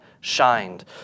shined